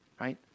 right